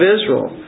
Israel